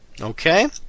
Okay